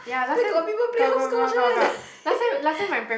where got people play hopscotch [one]